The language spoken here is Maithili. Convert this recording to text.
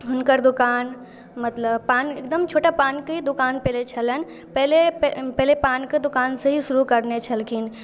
हुनकर दोकान मतलब पान एकदम छोटा पानके दोकान पहिले छलनि पहिले पहिले पानके दोकानसँ ही शुरू करने छलखिन